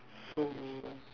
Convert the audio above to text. so